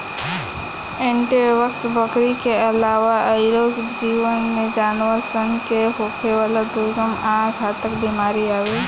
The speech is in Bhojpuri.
एंथ्रेक्स, बकरी के आलावा आयूरो भी जानवर सन के होखेवाला दुर्गम आ घातक बीमारी हवे